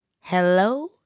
Hello